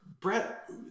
Brett